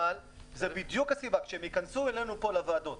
אבל כשהם ייכנסו אלינו פה לוועדות,